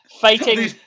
fighting